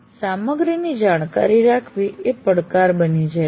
સામગ્રીની જાણકારી રાખવી એ પડકાર બની જાય છે